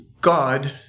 God